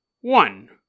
One